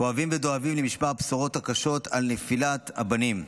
כואבים ודואבים למשמע הבשורות הקשות על נפילת הבנים.